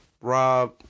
Rob